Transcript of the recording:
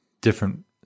different